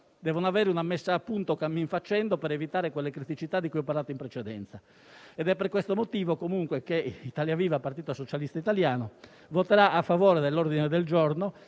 devono avere una messa a punto cammin facendo, per evitare quelle criticità di cui ho parlato in precedenza. È per questo motivo che Italia Viva - Partito Socialista Italiano voterà a favore dell'ordine del giorno